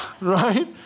right